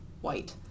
white